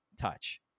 touch